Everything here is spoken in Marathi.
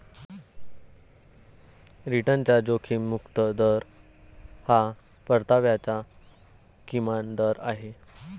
रिटर्नचा जोखीम मुक्त दर हा परताव्याचा किमान दर आहे